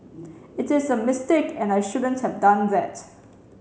it is a mistake and I shouldn't have done that